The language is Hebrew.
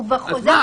הוא כבר חוזר.